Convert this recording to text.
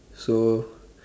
so